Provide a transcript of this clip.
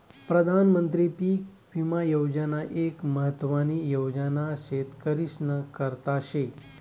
प्रधानमंत्री पीक विमा योजना एक महत्वानी योजना शेतकरीस्ना करता शे